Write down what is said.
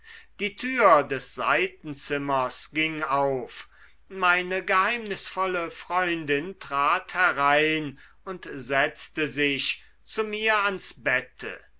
die tür des seitenzimmers ging auf meine geheimnisvolle freundin trat herein und setzte sich zu mir ans bette